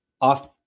off